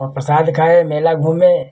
वहाँ प्रसाद खाए मेला घूमे